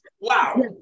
Wow